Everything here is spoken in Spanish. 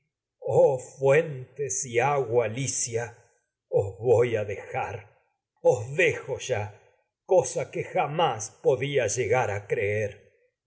fuentes y agua licia llegar el os a voy a dejar dejo ya cosa que jamás podía creer